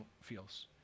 feels